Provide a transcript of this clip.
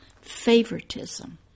Favoritism